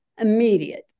immediate